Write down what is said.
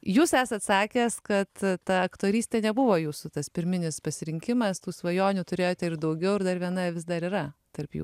jūs esat sakęs kad ta aktorystė nebuvo jūsų tas pirminis pasirinkimas tų svajonių turėjote ir daugiau ir dar viena vis dar yra tarp jų